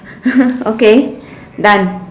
okay done